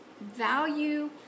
value